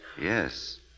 Yes